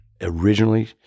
originally